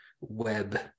web